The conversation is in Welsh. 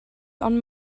ond